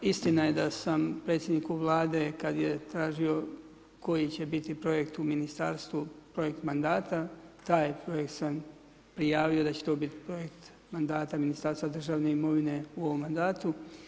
Istina je da sam predsjedniku Vlade kada je tražio koji će biti projekt u ministarstvu, projekt mandata, taj projekt sam prijavio da će to biti projekt mandata Ministarstva državne imovine u ovom mandatu.